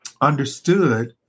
understood